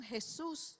Jesús